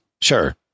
Sure